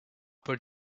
paul